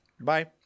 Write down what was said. Bye